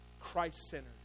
Christ-centered